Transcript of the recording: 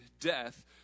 death